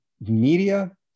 media